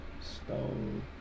Stone